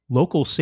local